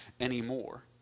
anymore